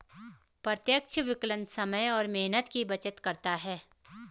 प्रत्यक्ष विकलन समय और मेहनत की बचत करता है